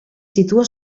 situa